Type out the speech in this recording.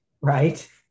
right